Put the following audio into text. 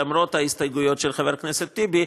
למרות ההסתייגויות של חבר הכנסת טיבי,